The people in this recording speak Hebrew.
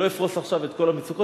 לא אפרוס עכשיו כל המצוקות.